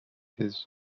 his